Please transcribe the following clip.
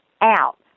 out